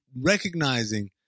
recognizing